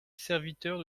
serviteur